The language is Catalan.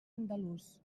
andalús